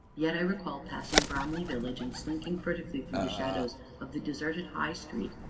yet i recall passing bromley village, and slinking furtively through the shadows of the deserted high street,